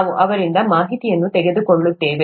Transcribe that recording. ನಾವು ಅವರಿಂದ ಮಾಹಿತಿಯನ್ನು ತೆಗೆದುಕೊಳ್ಳುತ್ತೇವೆ